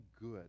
good